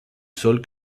sol